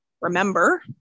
remember